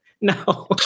No